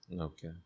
Okay